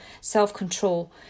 self-control